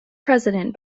president